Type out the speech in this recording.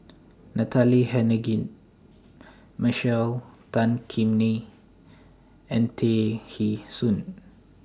Natalie Hennedige Michael Tan Kim Nei and Tay Kheng Soon